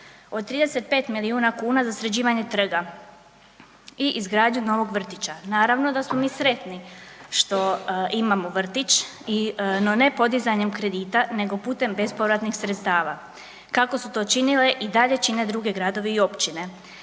od 35 milijuna kuna za sređivanje trga i izgradnju novog vrtića. Naravno da smo mi sretni što imamo vrtić i no ne podizanjem kredita nego putem bespovratnih sredstava, kako su to činile i dalje čine druge gradovi i općine.